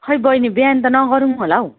खै बैनी बिहान त नगरौँ होला हो